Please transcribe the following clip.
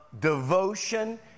devotion